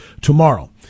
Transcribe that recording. tomorrow